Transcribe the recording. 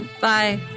Bye